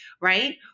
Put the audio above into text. right